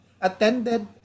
attended